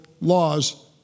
laws